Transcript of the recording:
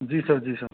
जी sir जी sir